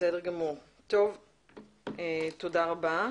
תודה רבה.